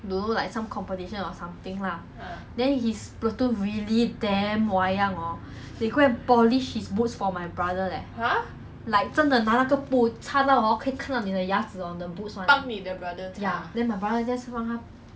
让他 ya cause they want to win like 他们要赢 best platoon in the whole section of don't know what lah then platoon everything do nice nice then march march properly don't know wha~ what for help my brother fold